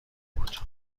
بود